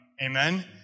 Amen